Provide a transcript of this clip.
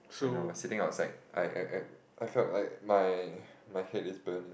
when I was sitting outside I I I I felt like my my head is burning